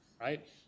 right